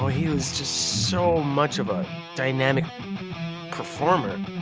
he was just so much of a dynamic performer.